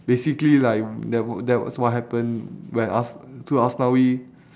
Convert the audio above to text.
basically like that w~ that was what happen when as~ to aslawi